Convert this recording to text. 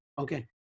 Okay